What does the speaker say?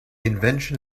invention